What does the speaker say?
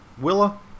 Willa